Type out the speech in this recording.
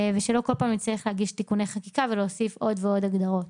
ושלא בכל פעם נצטרך להגיש תיקוני חקיקה ולהוסיף עוד ועוד הגדרות?